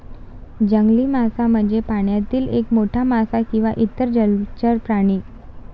जंगली मासा म्हणजे पाण्यातील एक मोठा मासा किंवा इतर जलचर प्राणी